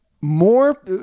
More –